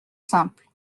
simple